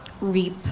reap